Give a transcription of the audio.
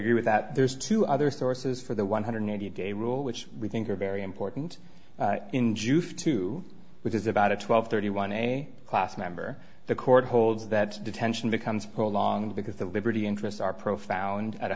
agree with that there's two other sources for the one hundred ninety day rule which we think are very important in juve too which is about a twelve thirty one a class member the court holds that detention becomes prolonged because the liberty interests are profound at